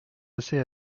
assez